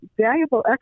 valuable